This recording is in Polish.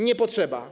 Nie potrzeba.